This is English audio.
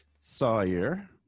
Sawyer